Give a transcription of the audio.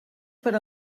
per